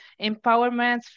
empowerment